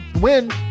win